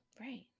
Right